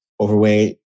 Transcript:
overweight